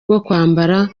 kwambara